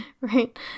Right